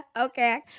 Okay